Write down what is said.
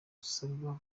asabwa